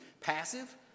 passive